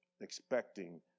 expecting